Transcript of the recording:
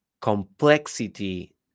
complexity